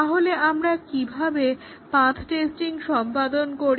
তাহলে আমরা কিভাবে পাথ টেস্টিং সম্পাদন করি